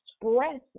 express